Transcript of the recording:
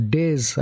days